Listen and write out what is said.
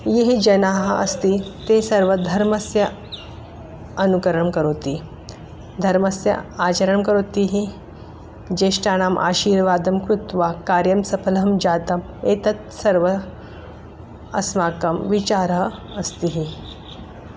ये जनाः अस्ति ते सर्वधर्मस्य अनुकरणं करोति धर्मस्य आचरणं करोति ज्येष्ठानाम् आशीर्वादं कृत्वा कार्यं सफलं जातम् एतत् सर्वं अस्माकं विचारः अस्ति